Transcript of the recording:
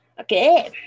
okay